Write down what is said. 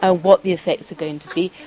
ah what the effects are going to be.